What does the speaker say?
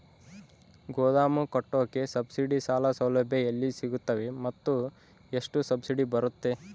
ಗೋದಾಮು ಕಟ್ಟೋಕೆ ಸಬ್ಸಿಡಿ ಸಾಲ ಸೌಲಭ್ಯ ಎಲ್ಲಿ ಸಿಗುತ್ತವೆ ಮತ್ತು ಎಷ್ಟು ಸಬ್ಸಿಡಿ ಬರುತ್ತೆ?